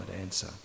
answer